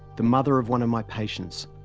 the mother of one of my patients,